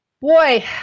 Boy